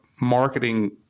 marketing